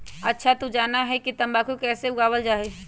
अच्छा तू जाना हीं कि तंबाकू के कैसे उगावल जा हई?